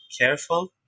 careful